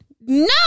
No